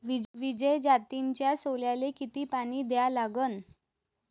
विजय जातीच्या सोल्याले किती पानी द्या लागन?